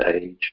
age